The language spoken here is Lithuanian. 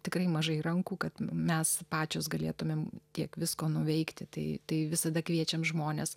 tikrai mažai rankų kad mes pačios galėtumėm tiek visko nuveikti tai tai visada kviečiam žmones